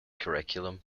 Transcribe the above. curriculum